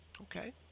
Okay